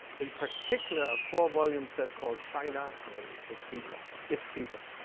in particular a four-volume set called china and his people its people,